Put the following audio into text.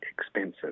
expensive